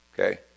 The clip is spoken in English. Okay